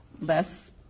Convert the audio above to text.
less